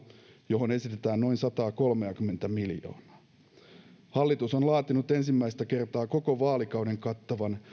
mihin esitetään noin satakolmekymmentä miljoonaa hallitus on laatinut ensimmäistä kertaa koko vaalikauden kattavan